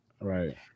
right